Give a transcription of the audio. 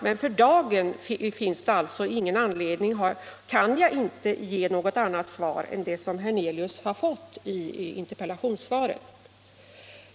Men för dagen kan jag inte ge något annat besked än det som herr Hernelius har fått i interpellationssvaret.